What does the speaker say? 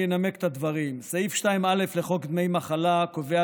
אני אנמק את הדברים: סעיף 2(א) לחוק דמי מחלה קובע